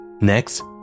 Next